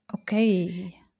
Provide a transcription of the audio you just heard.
Okay